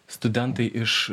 studentai iš